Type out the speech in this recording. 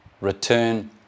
return